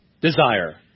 desire